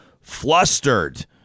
flustered